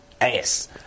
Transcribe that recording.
ass